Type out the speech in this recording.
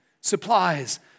supplies